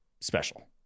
special